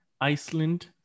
Iceland